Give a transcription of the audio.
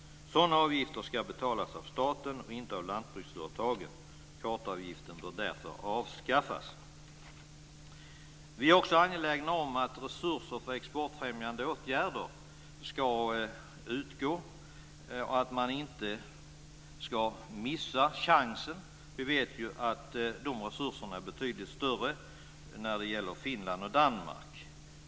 Sådana avgifter ska betalas av staten, inte av lantbruksföretagen. Kartavgiften bör mot den bakgrunden avskaffas. Vidare är vi angelägna om att resurser för exportfrämjande åtgärder ska utgå och att man inte ska missa den chansen. De resurserna är ju betydligt större när det gäller Finland och Danmark.